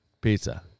Pizza